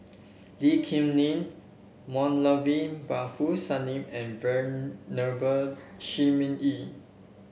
Lee Kip Lin Moulavi Babu Sahib and Venerable Shi Ming Yi